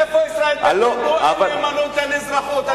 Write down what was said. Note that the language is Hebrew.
איפה ישראל ביתנו, אין נאמנות, אין אזרחות.